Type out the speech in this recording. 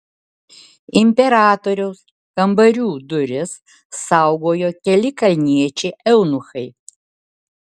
imperatoriaus kambarių duris saugojo keli kalniečiai eunuchai